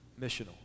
missional